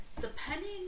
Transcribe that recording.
depending